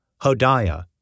Hodiah